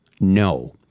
no